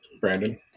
brandon